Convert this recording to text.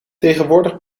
tegenwoordig